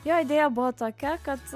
jo idėja buvo tokia kad